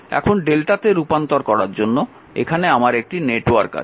এখন Δ তে রূপান্তর করার জন্য এখানে আমার একটি নেটওয়ার্ক আছে